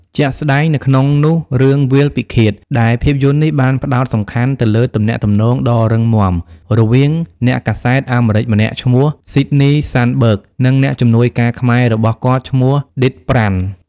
ជាក់ស្តែងនៅក្នុងនោះ រឿង វាលពិឃាត ដែលភាពយន្តនេះបានផ្តោតសំខាន់ទៅលើទំនាក់ទំនងដ៏រឹងមាំរវាងអ្នកកាសែតអាមេរិកម្នាក់ឈ្មោះ ស៊ីដនី សានបឺក និងអ្នកជំនួយការខ្មែររបស់គាត់ឈ្មោះ ឌីត ប្រាន់។